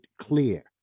clear